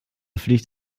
fliegt